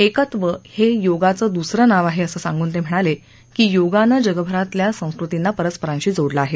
एकत्व हे योगाचं दुसरं नाव आहे असं सांगून ते म्हणाले की योगानं जगभरातल्या संस्कृतींना परस्परांशी जोडलं आहे